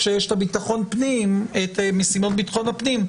כשיש את משימות ביטחון הפנים,